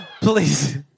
please